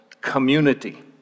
community